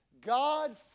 God